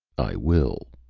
i will,